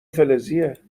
فلزیه